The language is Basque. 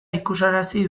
ikusarazi